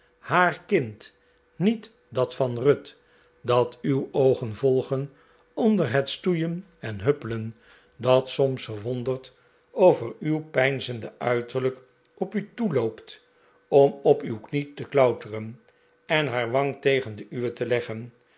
haar kind niet dat van ruth dat uw oogen volgen onder het stoeien en huppelen dat soms verwonderd over uw peinzende uiterlijk op u toeloopt om op uw knie te klauteren en haar wang tegen de uwe te leggen